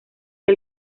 que